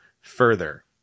further